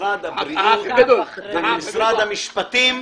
במשרד הבריאות ומשרד המשפטים,